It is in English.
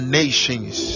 nations